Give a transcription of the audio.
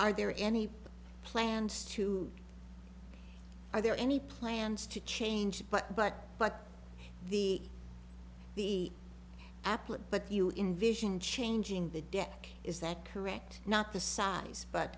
are there any plans to are there any plans to change but but but the the applet but you invision changing the deck is that correct not the size but